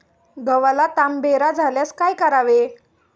गव्हाला तांबेरा झाल्यास काय करावे?